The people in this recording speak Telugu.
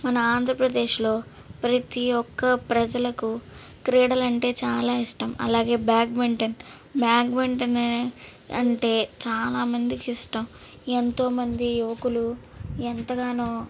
మన ఆంధ్రప్రదేశ్లో ప్రతి ఒక్క ప్రజలకు క్రీడలంటే చాలా ఇష్టం అలాగే బ్యాడ్మింటన్ బ్యాడ్మింటన్ అంటే చాలా మందికి ఇష్టం ఎంతో మంది యువకులు ఎంతగానో